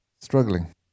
struggling